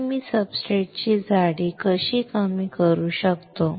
तर मी सब्सट्रेटची जाडी कशी कमी करू शकतो